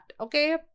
okay